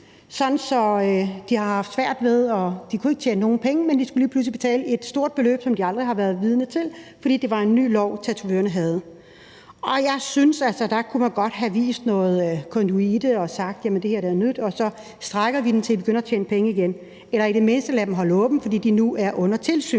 at de har haft det svært. De kunne ikke tjene nogen penge, men de skulle lige pludselig betale et større beløb, som de aldrig har været vidende om, fordi det var en ny lov, der gjaldt for tatovørerne. Der synes jeg altså godt man kunne have vist noget konduite og sagt, at det her er noget nyt, og så strækker vi den, til de begynder at tjene penge igen, eller i det mindste lader vi dem holde åbent, fordi de nu er under tilsyn.